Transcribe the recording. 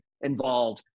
involved